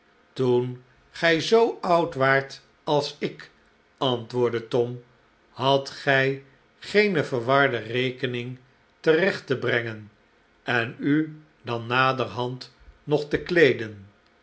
toen gij zoo oud waart als ik antwoordde tom hadt gij geene verwarde rekening terecht te brengen en u dan naderhand nog te kleeden